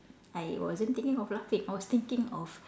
I wasn't thinking of laughing I was thinking of